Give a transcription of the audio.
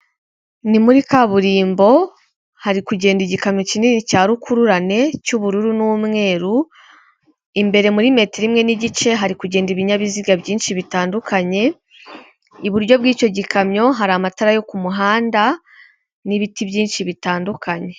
Ni muri kaburimbo, hari kugenda igikamyo kinini cya rukururane cy'ubururu n'umweru, imbere muri metero imwe n'igice hari kugenda ibinyabiziga byinshi bitandukanye, iburyo bw'icyo gikamyo hari amatara yo ku muhanda n'ibiti byinshi bitandukanye.